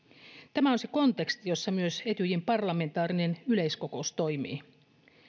tämä on se konteksti jossa myös etyjin parlamentaarinen yleiskokous toimii